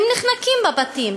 הן נחנקות בבתים.